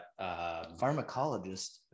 pharmacologist